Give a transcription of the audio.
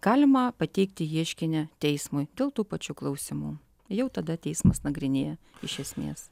galima pateikti ieškinį teismui dėl tų pačių klausimų jau tada teismas nagrinėja iš esmės